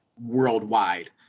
worldwide